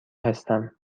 هستم